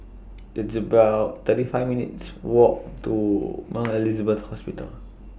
It's about thirty five minutes' Walk to Mount Elizabeth Hospital